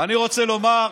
אני רוצה לומר,